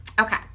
okay